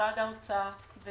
במשרד האוצר.